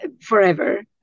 forever